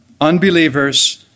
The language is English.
Unbelievers